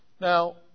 Now